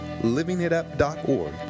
LivingItUp.org